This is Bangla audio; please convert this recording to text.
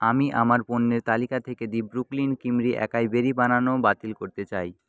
আমি আমার পণ্যের তালিকা থেকে the Brooklyn creamery acai berry banana বাতিল করতে চাই